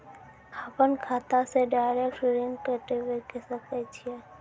अपन खाता से डायरेक्ट ऋण कटबे सके छियै?